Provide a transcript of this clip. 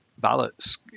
ballots